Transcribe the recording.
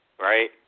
right